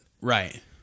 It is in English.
Right